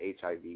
hiv